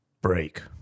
break